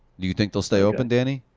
do you think they'll stay open, danny?